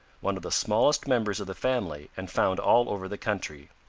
one of the smallest members of the family and found all over the country.